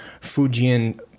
Fujian